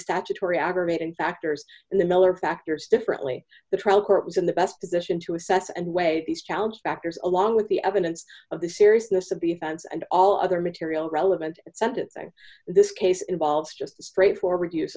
statutory aggravating factors and the miller factors differently the trial court was in the best position to assess and weigh these counts factors along with the evidence of the seriousness of the offense and all other material relevant sentencing this case involves just a straightforward use